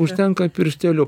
užtenka piršteliu